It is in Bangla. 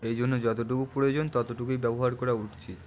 এই জন্য যতটুকু প্রয়োজন ততটুকুই ব্যবহার করা উচিত